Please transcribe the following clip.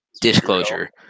Disclosure